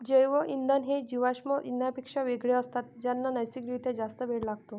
जैवइंधन हे जीवाश्म इंधनांपेक्षा वेगळे असतात ज्यांना नैसर्गिक रित्या जास्त वेळ लागतो